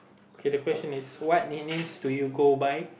okay the question is what nicknames do you go by